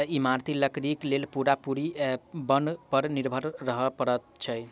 इमारती लकड़ीक लेल पूरा पूरी बन पर निर्भर रहय पड़ैत छै